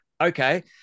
Okay